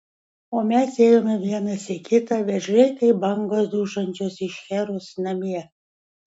o mes ėjome vienas į kitą veržliai kaip bangos dūžtančios į šcherus namie